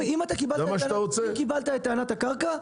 אם קיבלת את טענת הקרקע.